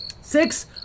six